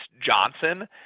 Johnson